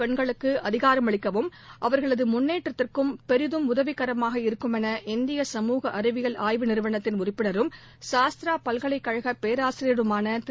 பெண்களுக்குஅதிகாரமளிக்கவும் அவர்களதுமுன்னேற்றத்திற்கும் பெரிதும் உதவிகரமாக இருக்கும் என இந்திய சமூக அறிவியல் ஆய்வு நிறுவனத்தின் உறுப்பினரும் சாஸ்த்ராபல்கலைக் கழகபேராசிரியருமானதிரு